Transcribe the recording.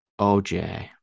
oj